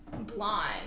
blonde